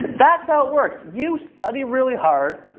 that's how it works. you study really hard.